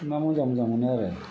ना मोजां मोजां मोनो आरो